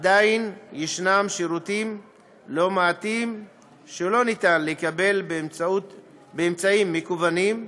עדיין יש שירותים לא מעטים שלא ניתן לקבל באמצעים מקוונים,